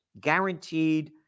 guaranteed